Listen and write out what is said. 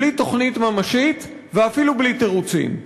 בלי תוכנית ממשית, ואפילו בלי תירוצים.